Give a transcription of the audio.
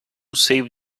save